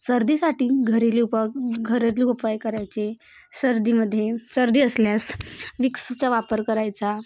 सर्दीसाठी घरेली उपा घरेलू उपाय करायचे सर्दीमध्ये सर्दी असल्यास विक्सूचा वापर करायचा